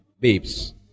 babes